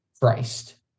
Christ